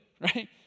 right